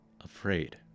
afraid